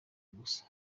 gusa